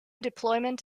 deployment